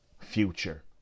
future